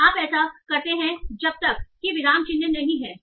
और आप ऐसा करते हैं जब तक कि विराम चिह्न नहीं है